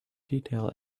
detail